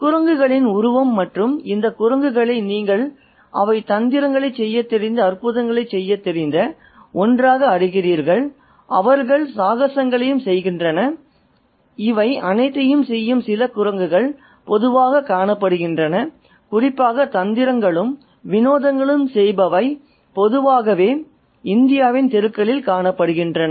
குரங்குகளின் உருவம் மற்றும் இந்த குரங்குகளை நீங்கள் அவை தந்திரங்களைச் செய்யத் தெரிந்த அற்புதங்களைச் செய்யத் தெரிந்த ஒன்றாக அறிகிறீர்கள் அவர்கள் சாகசங்களையும் செய்கின்றன இவை அனைத்தையும் செய்யும் சில குரங்குகள் பொதுவாகக் காணப்படுகின்றன குறிப்பாக தந்திரங்களும் வினோதங்களும் செய்பவை பொதுவாக இந்தியாவின் தெருக்களில் காணப்படுகின்றன